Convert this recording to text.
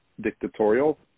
dictatorial